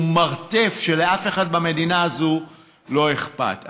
מרתף ולאף אחד במדינה הזאת לא אכפת.